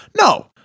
No